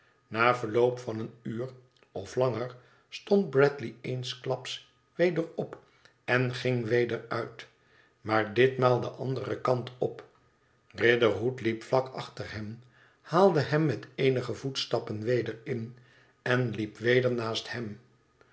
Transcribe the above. na verloop van een nur of langer stond bradley eensklaps weder op en ging weder uit maar ditniaal den anderen kant op riderhood liep vlak achter hem haalde hem met eenige voetstappen weder in en liep weder naast hem